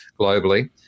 globally